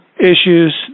issues